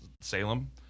Salem